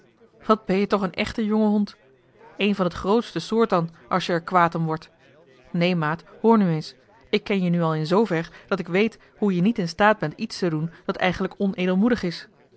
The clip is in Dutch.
wat ben-je toch een echte jonge hond een van het grootste soort dan als je er kwaad om wordt neen maat hoor nu eens ik ken je nu al in zoover dat ik weet hoe je niet in staat bent iets te doen dat eigenlijk onedelmoedig is